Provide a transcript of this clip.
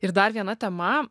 ir dar viena tema